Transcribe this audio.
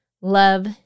Love